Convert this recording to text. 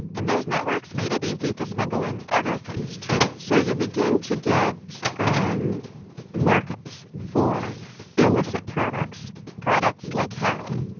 and those networks made it easy to smuggle in other things, too so you begin to get um markets for illicit products products like heroin.